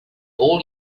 all